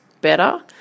better